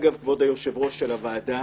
כבוד היושבת-ראש של הוועדה,